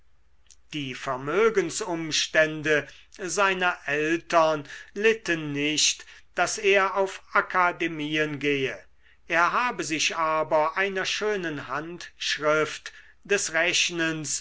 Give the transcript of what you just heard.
die vermögensumstände seiner eltern litten nicht daß er auf akademien gehe er habe sich aber einer schönen handschrift des rechnens